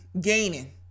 gaining